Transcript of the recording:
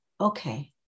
okay